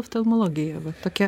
oftalmologija va tokia